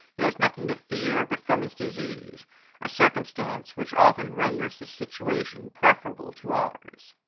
he has nothing to fear but from his disease a circumstance, which oftens renders his situation preferable to ours.